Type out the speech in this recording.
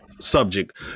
subject